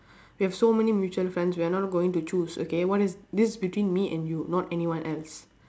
we have so many mutual friends we are not going to choose okay what is this is between me and you not anyone else